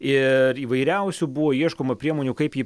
ir įvairiausių buvo ieškoma priemonių kaip jį